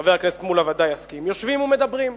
חבר הכנסת מולה ודאי יסכים, יושבים ומדברים.